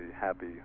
happy